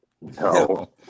No